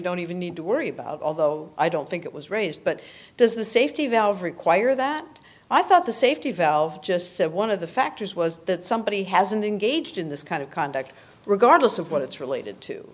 don't even need to worry about although i don't think it was raised but does the safety valve require that i thought the safety valve just said one of the factors was that somebody hasn't engaged in this kind of conduct regardless of what it's related to